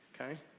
okay